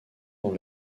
dans